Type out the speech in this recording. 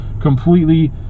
completely